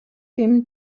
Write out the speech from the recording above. him